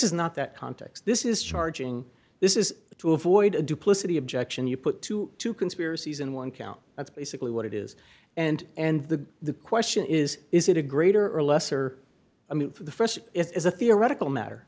that context this is charging this is to avoid duplicity objection you put to two conspiracies and one count that's basically what it is and and the question is is it a greater or lesser i mean the st is a theoretical matter